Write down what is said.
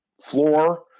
floor